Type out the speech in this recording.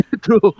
True